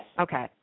Okay